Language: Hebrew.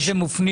הם מופנים